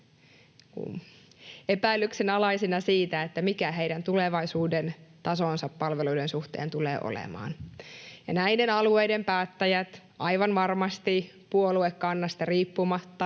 epäilyksenalaisina siitä, mikä heidän tulevaisuuden tasonsa palveluiden suhteen tulee olemaan. Näiden alueiden päättäjät, aivan varmasti puoluekannasta riippumatta,